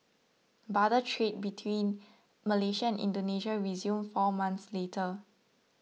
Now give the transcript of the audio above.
barter trade between Malaysia and Indonesia resumed four months later